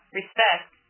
respect